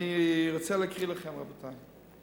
אני רוצה להקריא לכם, רבותי.